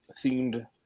themed